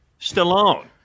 Stallone